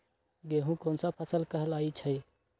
गेहूँ कोन सा फसल कहलाई छई?